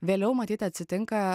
vėliau matyt atsitinka